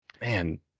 man